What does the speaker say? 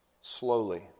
slowly